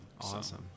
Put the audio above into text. Awesome